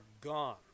gone